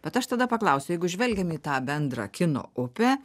bet aš tada paklausiu jeigu žvelgiam į tą bendrą kino upę